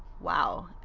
wow